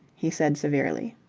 he said severely.